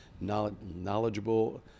knowledgeable